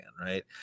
Right